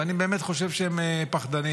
אני באמת חושב שהם פחדנים.